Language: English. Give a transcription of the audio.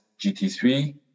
GT3